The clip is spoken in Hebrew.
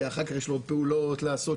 כי אחר כך יש לו עוד פעולות לעשות,